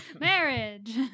marriage